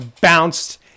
bounced